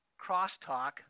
crosstalk